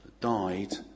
died